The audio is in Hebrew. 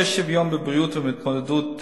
דוח אי-שוויון בבריאות והתמודדות עמו,